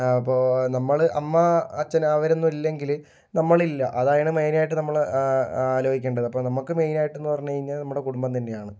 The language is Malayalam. ആ അപ്പോൾ നമ്മൾ അമ്മ അച്ഛൻ അവരൊന്നുമില്ലെങ്കിൽ നമ്മളില്ല അതാണ് മെയിനായിട്ട് നമ്മൾ ആലോചിക്കേണ്ടത് അപ്പം നമ്മൾക്ക് മെയിനായിട്ടെന്ന് പറഞ്ഞു കഴിഞ്ഞാൽ നമ്മുടെ കുടുംബം തന്നെയാണ്